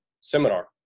seminar